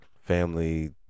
family